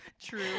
True